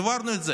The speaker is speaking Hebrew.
העברנו את זה